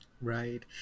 Right